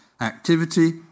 activity